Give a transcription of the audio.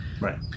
Right